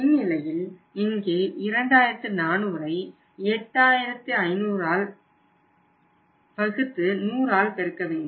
இந்நிலையில் இங்கே 2400ஐ 8500 ரூபாயால் வகுத்து 100ஆல் பெருக்கவேண்டும்